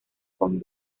con